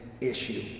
issue